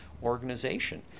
Organization